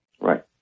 Right